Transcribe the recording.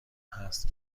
هست